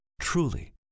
truly